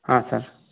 ಹಾಂ ಸರ್